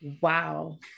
Wow